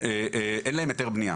שאין להם היתר בנייה,